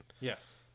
Yes